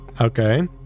Okay